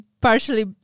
partially